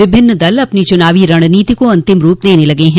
विभिन्न दल अपनी चुनावी रणनीति को अंतिम रूप देने में लगे हैं